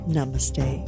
Namaste